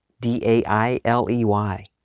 D-A-I-L-E-Y